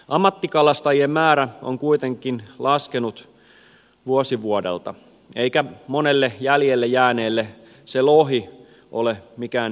ammattikalastajien määrä on kuitenkin laskenut vuosi vuodelta eikä monelle jäljelle jääneelle se lohi ole mikään ykköskohde